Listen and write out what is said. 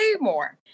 more